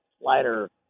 slider